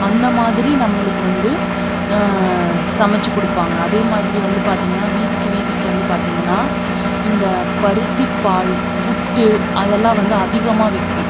அந்தமாதிரி நம்மளுக்கு வந்து சமைச்சி கொடுப்பாங்க அதேமாதிரி வந்து பார்த்திங்கன்னா வீதிக்கு வீதிக்கு வந்து பார்த்திங்கன்னா இந்த பருத்தி பால் புட்டு அதெல்லாம் வந்து அதிகமாக விற்கும்